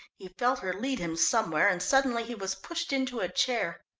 he felt her lead him somewhere, and suddenly he was pushed into a chair.